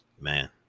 Man